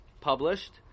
published